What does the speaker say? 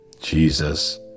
Jesus